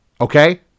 Okay